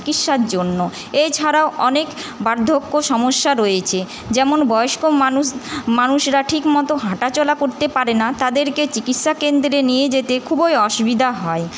চিকিৎসার জন্য এছাড়াও অনেক বার্ধক্য সমস্যা রয়েইছে যেমন বয়স্ক মানুষ মানুষরা ঠিক মতো হাঁটাচলা করতে পারে না তাদেরকে চিকিৎসাকেন্দ্রে নিয়ে যেতে খুবই অসুবিধা হয়